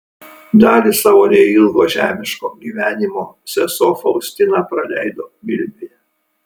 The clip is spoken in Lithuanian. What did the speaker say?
dalį savo neilgo žemiško gyvenimo sesuo faustina praleido vilniuje